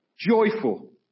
joyful